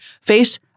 face